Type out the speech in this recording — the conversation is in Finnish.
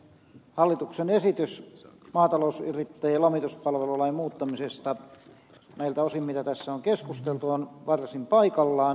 hallituksen esitys maatalousyrittäjien lomituspalvelulain muuttamisesta näiltä osin mitä tässä on keskusteltu on varsin paikallaan